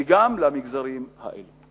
לתקציב המדינה וגם למגזרים האלה.